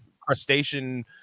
crustacean